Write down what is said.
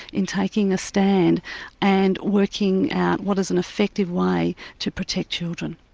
in taking a stand and working out what is an effective way to protect children.